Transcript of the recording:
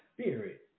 spirit